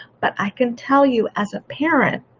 but i can tell you as a parent,